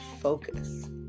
Focus